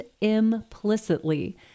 implicitly